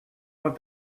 what